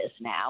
now